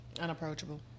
Unapproachable